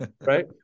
Right